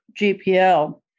GPL